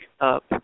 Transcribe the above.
up